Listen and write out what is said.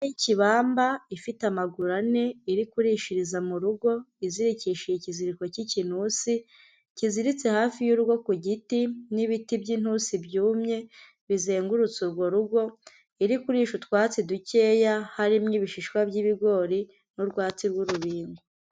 Ni kibamba ifite amaguru ane, iri kurishiriza mu rugo izirikishije ikiziriko cy'ikinusi, kiziritse hafi y'urugo ku giti, n'ibiti by' intusi byumye bizengurutse urwo rugo, iri kurisha utwatsi dukeya, harimo ibishishwa by'ibigori n'urwatsi rw'urubingo.